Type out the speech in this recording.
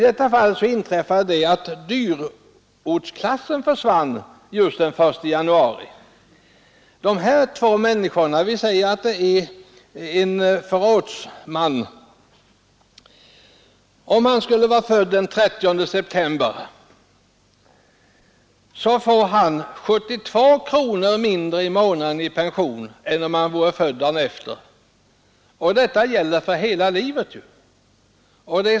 Om nu dyrortsgrupp 3 hann avskaffas den 1 januari under mellanperioden, får den som är född den 30 september 72 kronor mindre i månaden i pension än den som är född en dag senare. Detta gäller sedan för hela livet.